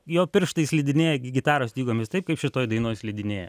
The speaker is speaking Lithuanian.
jo pirštai slidinėja gitaros stygomis taip kaip šitoj dainoj slidinėja